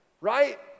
Right